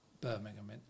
Birmingham